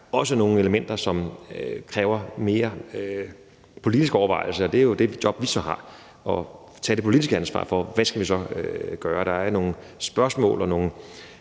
også nogle elementer, som kræver mere politisk overvejelse. Det er jo det job, vi så har – at tage det politiske ansvar for, hvad vi så skal gøre. Der er nogle spørgsmål og nogle